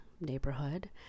neighborhood